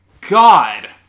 God